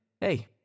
hey